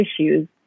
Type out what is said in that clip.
issues